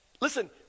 listen